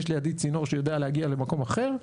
יש לידי צינור שיודע להגיע למקום אחר.